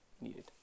needed